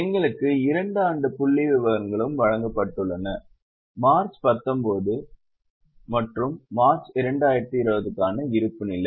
எங்களுக்கு 2 ஆண்டு புள்ளிவிவரங்களும் வழங்கப்பட்டுள்ளன மார்ச் 19 மற்றும் மார்ச் 2020 க்கான இருப்புநிலை